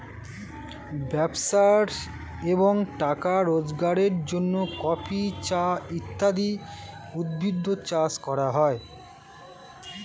ব্যবসা এবং টাকা রোজগারের জন্য কফি, চা ইত্যাদি উদ্ভিদ চাষ করা হয়